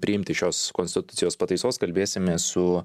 priimti šios konstitucijos pataisos kalbėsimės su